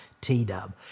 T-dub